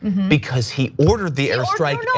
because he ordered the airstrike.